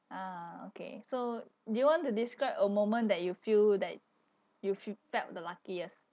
ah okay so do you want to describe a moment that you feel that you f~ felt the luckiest